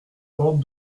porte